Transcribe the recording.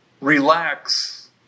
relax